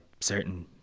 certain